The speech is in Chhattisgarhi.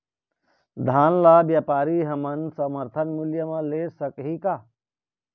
धान ला व्यापारी हमन समर्थन मूल्य म ले सकही का?